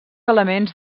elements